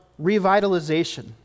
revitalization